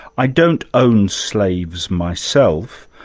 i don't own slaves myself,